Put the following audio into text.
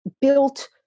built